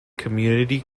community